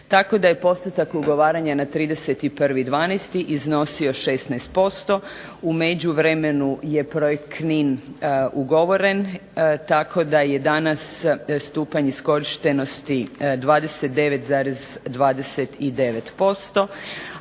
tako da je postotak ugovaranja na 31.12. iznosio 16%, u međuvremenu je projekt Knin ugovoren, tako da je danas stupanj iskorištenosti 29,29%,